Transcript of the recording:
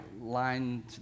line